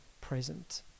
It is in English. present